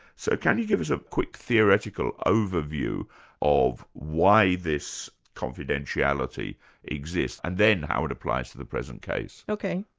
so can you give us a quick theoretical overview of why this confidentiality exists and then how it applies to the present case? ok.